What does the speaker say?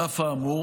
על אף האמור,